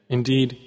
Indeed